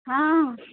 ହଁ